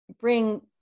bring